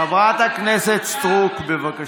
חברת הכנסת סטרוק, בבקשה.